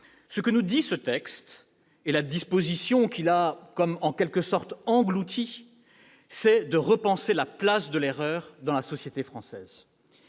Ce que nous demandent ce texte et la disposition qui l'a, en quelque sorte, englouti, c'est de repenser la place de l'erreur dans la société française.